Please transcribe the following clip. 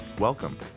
Welcome